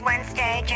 Wednesday